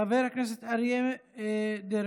חבר הכנסת אריה דרעי,